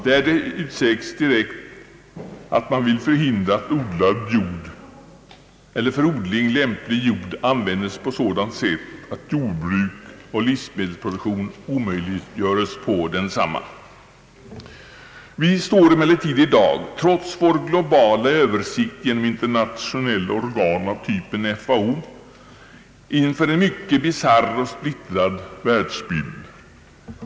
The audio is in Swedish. Där utsägs direkt att man vill förhindra att odlad eller för odling lämplig jord används på sådant sätt att jordbruk och = livsmedelsproduktion omöjliggöres på densamma. Vi står emellertid i dag — trots vår globala översikt genom internationella organ av typen FAO — inför en mycket bisarr och splittrad världsbild.